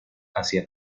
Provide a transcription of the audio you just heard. hacia